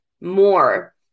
more